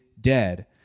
dead